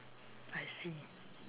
I see